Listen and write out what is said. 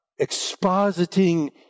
expositing